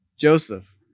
Joseph